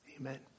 Amen